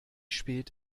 spät